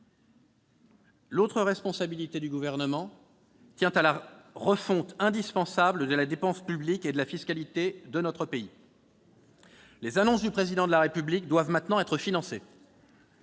L'autre responsabilité du Gouvernement, c'est d'engager l'indispensable refonte de la dépense publique et de la fiscalité de notre pays. Les annonces du Président de la République doivent maintenant être financées.